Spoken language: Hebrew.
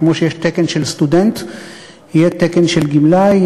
כמו שיש תקן של סטודנט יהיה תקן של גמלאי,